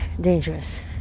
dangerous